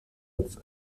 its